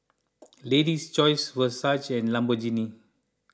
Lady's Choice Versace and Lamborghini